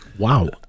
Wow